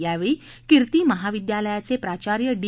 यावेळी कीर्ती महाविद्यालयाचे प्राचार्य डी